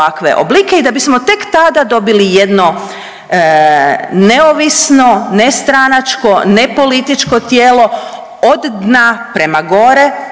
i da bismo tek tada dobili jedno neovisno, nestranačko, ne političko tijelo od dna prema gore,